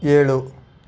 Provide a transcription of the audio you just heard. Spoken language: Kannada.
ಏಳು